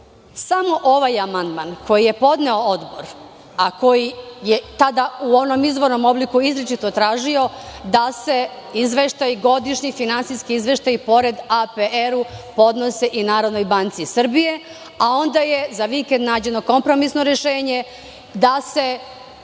ovaj amandman koji je podneo Odbor, a koji je tada u onom izvornom obliku izričito tražio da se izveštaj, godišnji finansijski izveštaj pored APR-u podnose i NBS. Onda je za vikend nađeno kompromisno rešenje da je